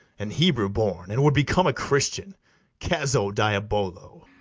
an hebrew born, and would become a christian cazzo, diabolo!